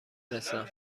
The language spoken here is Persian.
بفرستم